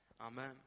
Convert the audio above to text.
Amen